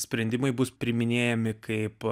sprendimai bus priiminėjami kaip